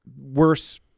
worse